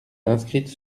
inscrite